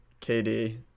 KD